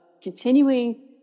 continuing